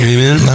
Amen